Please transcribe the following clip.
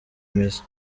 mizi